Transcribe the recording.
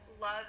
love